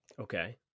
Okay